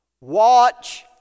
watch